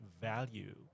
value